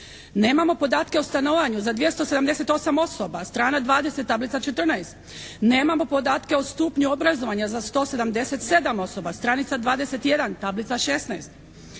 Nemamo podatke o stanovanju za 278 osoba, strana 20, tablica 14. Nemamo podatke o stupnju obrazovanja za 177 osoba, stranica 21, tablica 16.